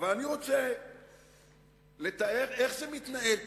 אני רוצה לבשר לך, אולי מישהו הטעה אותך,